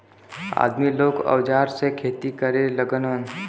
आदमी लोग औजार से खेती करे लगलन